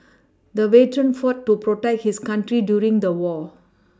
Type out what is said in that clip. the veteran fought to protect his country during the war